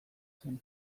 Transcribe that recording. zen